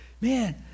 man